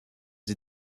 des